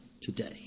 today